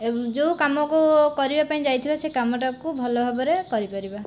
ଏବଂ ଯେଉଁ କାମକୁ କରିବା ପାଇଁ ଯାଇଥିବେ ସେଇ କାମଟାକୁ ଭଲ ଭାବରେ କରିପାରିବା